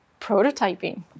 prototyping